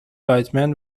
لاویتمن